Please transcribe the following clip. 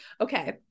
Okay